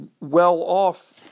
well-off